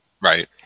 Right